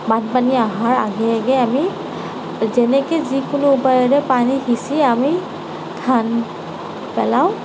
বানপানী অহাৰ আগে আহে আমি যেনেকৈ যিকোনো উপায়েৰে পানী সিঁচি আমি ধান পেলাওঁ